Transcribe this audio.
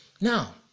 now